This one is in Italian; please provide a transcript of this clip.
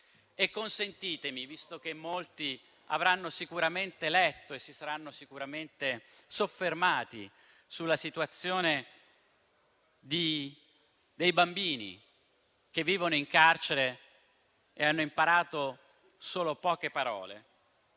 Consentitemi di dire, visto che molti avranno sicuramente letto e si saranno soffermati sulla situazione dei bambini che vivono in carcere e hanno imparato solo poche parole,